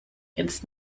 ins